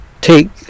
take